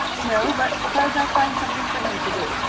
no, but suppose i find something for him to do?